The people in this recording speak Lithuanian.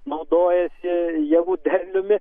naudojasi javų derliumi